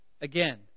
Again